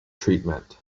treatment